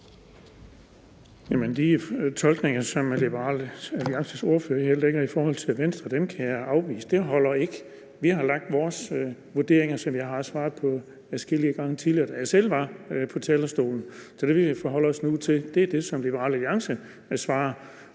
De tolkninger, Liberal Alliances ordfører her kommer med i forhold til Venstre, kan jeg afvise. Det holder ikke. Vi har lagt vores vurderinger frem og svaret på dem adskillige gange tidligere, da jeg selv var på talerstolen. Så det, vi forholder os til nu, er det, som Liberal Alliance svarer.